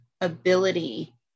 ability